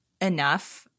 enough